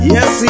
Yes